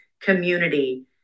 community